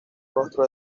rostro